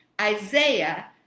Isaiah